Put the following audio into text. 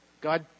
God